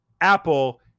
Apple